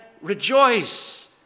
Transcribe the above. rejoice